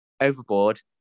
overboard